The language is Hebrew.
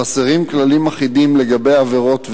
חסרים כללים אחידים לגבי עבירות ועוד.